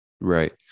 right